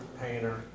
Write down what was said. painter